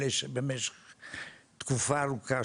אלה שבמשך תקופה ארוכה,